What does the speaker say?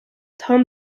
tom